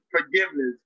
forgiveness